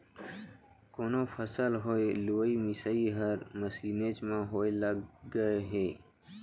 कोनो फसल होय लुवई मिसई हर मसीनेच म होय लग गय हे